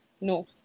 no